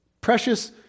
Precious